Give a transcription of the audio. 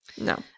no